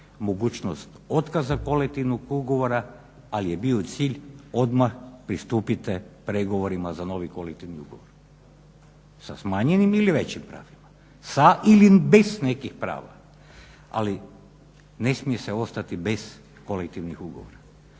mogućnost otkaza kolektivnog ugovora, ali je bio cilj odmah pristupite pregovorima za novi kolektivni ugovor sa smanjenim ili većim razdobljem, sa ili bez nekih prava. Ali ne smije se ostati bez kolektivnih ugovora.